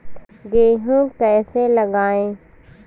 गेहूँ कैसे लगाएँ?